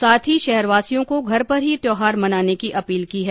साथ ही शहरवासियों से घर पर ही त्यौहार मनाने की अपील की है